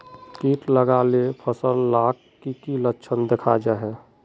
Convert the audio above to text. किट लगाले फसल डात की की लक्षण दखा जहा?